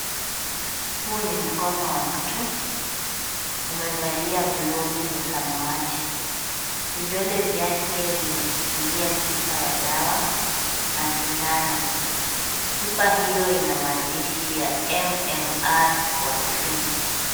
Huu ni mkono wa mtu, umevalia glovu ya samawati. Vidole vyake vimeshikilia chupa ya dawa na sindano. Chupa hiyo ina maandishi ya MMR vaccine .